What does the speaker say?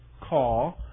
call